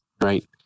right